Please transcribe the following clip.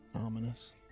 Ominous